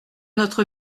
notre